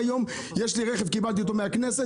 קיבלתי רכב מהכנסת,